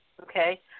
Okay